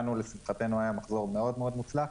לשמחתנו, לנו היה מחזור מאוד מוצלח.